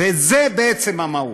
וזאת בעצם המהות.